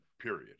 period